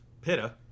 Pitta